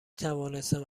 توانستم